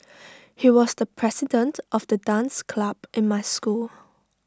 he was the president of the dance club in my school